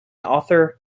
author